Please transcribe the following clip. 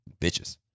Bitches